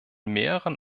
mehreren